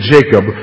Jacob